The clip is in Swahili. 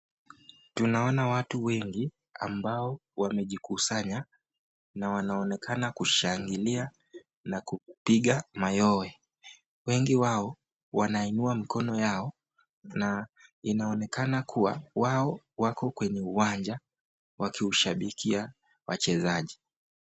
Tunaona watu wengi ambao wamejikusanya na wanaonekana kushangilia na kupiga mayowe, wengi wao wanaiunua mikono yao inaonekana kuwa wao wako kwenye uwanja wakiwashabikia wachezaji.